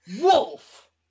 Wolf